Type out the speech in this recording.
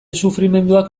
sufrimenduak